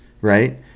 right